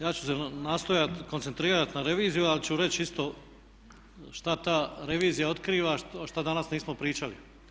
Ja ću se nastojat koncentrirat na reviziju, ali ću reći isto šta ta revizija otkriva, a šta danas nismo pričali.